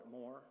more